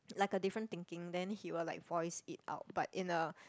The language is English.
like a different thinking then he will like voice it out but in a